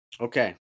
Okay